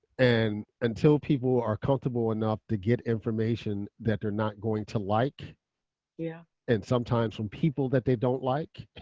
and until people are comfortable enough to get information that they're not going to like yeah and sometimes from people that they don't like,